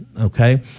okay